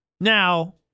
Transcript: now